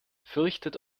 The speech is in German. fürchtet